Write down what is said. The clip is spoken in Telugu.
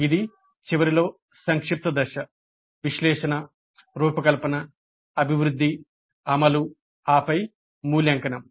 ఇది చివరిలో సంక్షిప్త దశ విశ్లేషణ రూపకల్పన అభివృద్ధి అమలు ఆపై మూల్యాంకనం